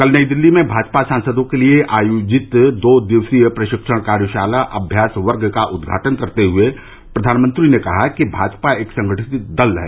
कल नई दिल्ली में भाजपा सांसदों के लिए आयोजित दो दिवसीय प्रशिक्षण कार्यशाला अम्यास वर्ग का उद्घाटन करते हुए प्रधानमंत्री ने कहा कि भाजपा एक संगठित दल है